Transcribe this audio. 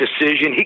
decision